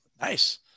Nice